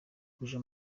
kuja